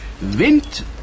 Wind